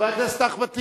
חבר הכנסת אחמד טיבי.